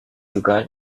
begun